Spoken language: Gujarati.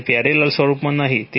અને પેરેલલ સ્વરૂપમાં નહીં